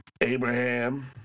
Abraham